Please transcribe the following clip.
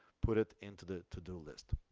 put it into the to-do list.